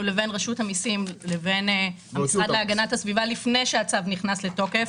לבין רשות המיסים לבין המשרד להגנת הסביבה לפני שהצו נכנס לתוקף.